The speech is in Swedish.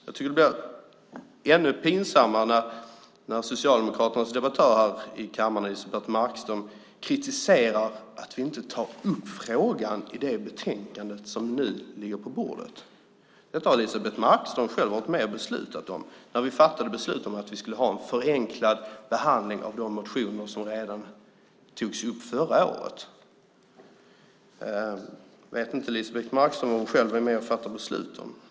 Jag tycker att det blir ännu pinsammare när Socialdemokraternas debattör här i kammaren, Elisebeht Markström, kritiserar att vi inte tar upp frågan i det betänkande som nu ligger på bordet. Det har Elisebeht Markström själv varit med och beslutat om, när vi fattade beslut om att vi skulle ha en förenklad behandling av de motioner som togs upp redan förra året. Vet inte Elisebeht Markström vad hon själv är med och fattar beslut om?